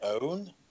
own